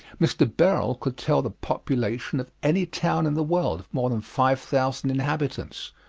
mr. berol could tell the population of any town in the world, of more than five thousand inhabitants.